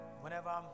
Whenever